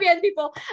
people